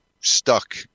stuck